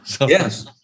Yes